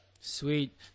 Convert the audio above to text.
Sweet